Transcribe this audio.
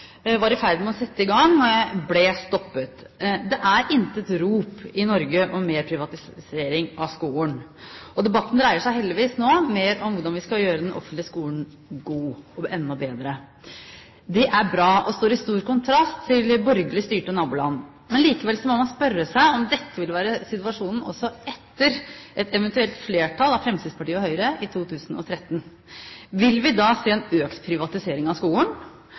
var i ferd med å sette i gang, ble stoppet. Det er intet rop i Norge om mer privatisering av skolen. Debatten dreier seg heldigvis nå mer om hvordan vi skal gjøre den offentlige skolen god og enda bedre. Det er bra og står i sterk kontrast til våre borgerlig styrte naboland. Men likevel må man spørre seg om dette ville være situasjonen også etter et eventuelt flertall av Fremskrittspartiet og Høyre i 2013. Vil vi da se en økt privatisering av